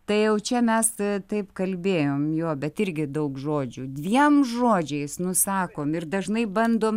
tai jau čia mes taip kalbėjom jo bet irgi daug žodžių dviem žodžiais nusakom ir dažnai bandom